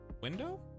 window